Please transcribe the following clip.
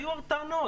היו הרבה טענות.